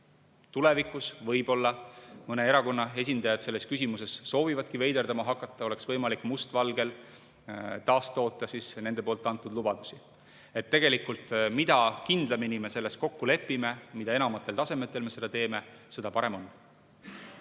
tulevikus võib-olla mõne erakonna esindajad selles küsimuses soovivadki veiderdama hakata, oleks võimalik must valgel taastoota nende antud lubadusi. Mida kindlamini me selles kokku lepime, mida enamatel tasemetel me seda teeme, seda parem on.